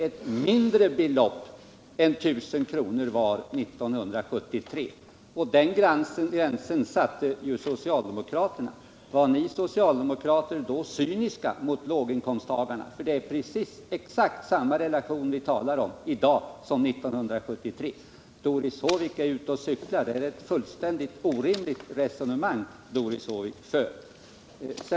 ett mindre belopp än vad 1 000 kr. var år 1973. Den gränsen sattes av socialdemokraterna. Var ni socialdemokrater då cyniska mot låginkomsttagarna? Vi talar om exakt samma relation i dag som år 1973. Doris Håvik är följaktligen ute och cyklar, eftersom det är ett fullständigt orimligt resonemang hon för.